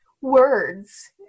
words